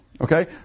okay